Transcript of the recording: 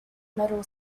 metal